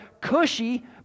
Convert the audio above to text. cushy